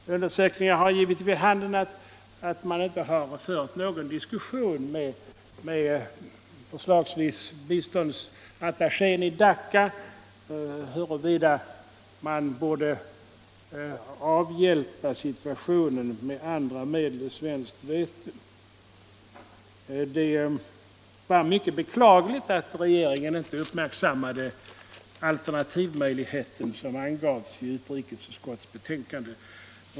Undersökningar har gett vid handen att ingen diskussion har förts med förslagsvis biståndsattachén i Dacca om huruvida man borde avhjälpa situationen med andra medel än svenskt vete. Det var mycket beklagligt att regeringen inte uppmärksammade den alternativmöjlighet som angavs i utrikesutskottets betänkande.